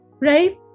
right